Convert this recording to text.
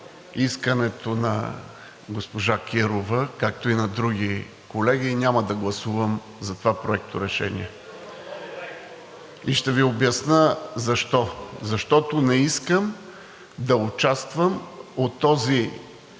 искането на госпожа Кирова, както и на други колеги, няма да гласувам за това проекторешение и ще Ви обясня защо – защото не искам да участвам в този